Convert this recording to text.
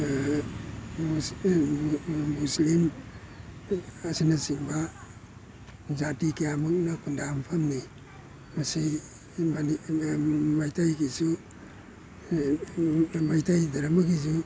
ꯃꯨꯁꯂꯤꯝ ꯑꯁꯤꯅ ꯆꯤꯡꯕ ꯖꯥꯇꯤ ꯀꯌꯥꯃꯔꯨꯝꯅ ꯈꯨꯟꯗꯥꯕ ꯃꯐꯝꯅꯤ ꯃꯁꯤ ꯃꯩꯇꯩꯒꯤꯁꯨ ꯃꯩꯇꯩ ꯗꯔꯃꯥꯒꯤꯁꯨ